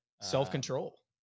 Self-control